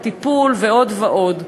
בטיפול ועוד ועוד.